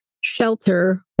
shelter